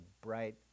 bright